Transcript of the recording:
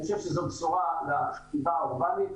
אני חושב שזו בשורה לסביבה האורבנית,